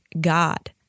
God